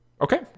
Okay